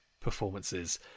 performances